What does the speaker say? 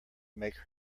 make